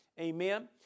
Amen